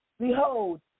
Behold